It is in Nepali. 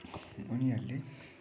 उनीहरूले